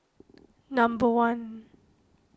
number one